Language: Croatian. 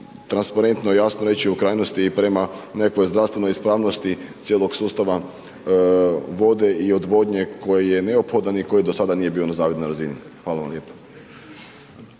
transparentno i jasno reći o krajnosti i prema nekakvoj zdravstvenoj ispravnosti cijelog sustava vode i odvodnje koji je neophodan i koji do sada nije bio na zavidnoj razini. Hvala vam lijepo.